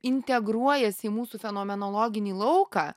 integruojasi į mūsų fenomenologinį lauką